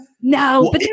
No